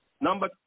Number